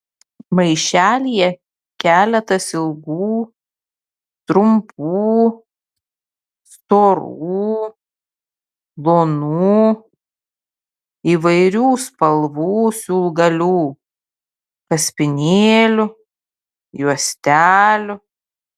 maišelyje keletas ilgų trumpų storų plonų įvairių spalvų siūlgalių kaspinėlių juostelių